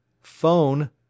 Phone